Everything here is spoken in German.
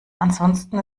ansonsten